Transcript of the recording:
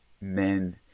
men